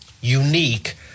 unique